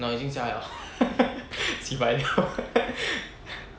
no 已经加了 七百六